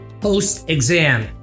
post-exam